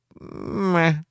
meh